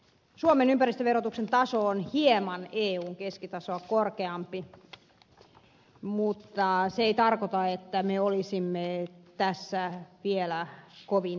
suomen ympäristöverotuksen taso on hieman eun keskitasoa korkeampi mutta se ei tarkoita että me olisimme tässä vielä kovin edistyksellisiä